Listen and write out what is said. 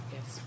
Yes